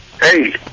Hey